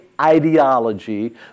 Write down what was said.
ideology